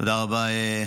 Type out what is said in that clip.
תודה רבה.